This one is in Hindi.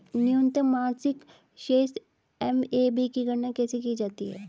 न्यूनतम मासिक शेष एम.ए.बी की गणना कैसे की जाती है?